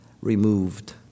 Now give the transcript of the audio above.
removed